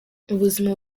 ubuzima